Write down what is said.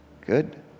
good